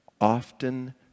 often